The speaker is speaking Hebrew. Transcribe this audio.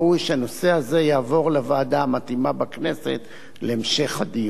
שהנושא הזה יעבור לוועדה המתאימה בכנסת להמשך הדיון.